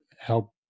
help